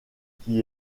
qui